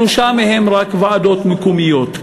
שלושה מהם יש ועדות מקומיות,